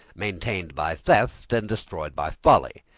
maintained by theft and destroyed by folly.